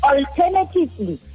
Alternatively